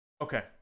Okay